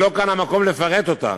ולא כאן המקום לפרט אותה,